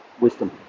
wisdom